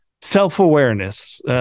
Self-awareness